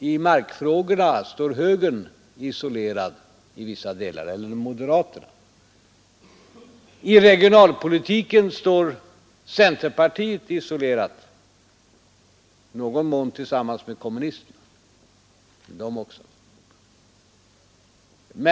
I markfrågorna står moderaterna isolerade i vissa frågor. I regionalpolitiken står centerpartiet isolerat — i någon mån tillsammans med kommunisterna — men i övrigt är också de isolerade.